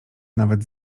nawet